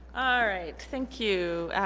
all right thank you.